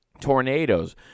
tornadoes